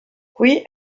qui